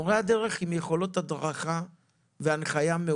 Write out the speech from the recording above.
מורי דרך מחזיקים ביכולות הנחייה והדרכה,